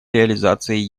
реализацией